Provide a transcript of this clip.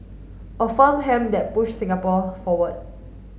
a firm hand that pushed Singapore forward